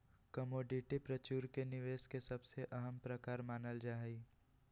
commodity future के निवेश के सबसे अहम प्रकार मानल जाहई